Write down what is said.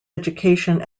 education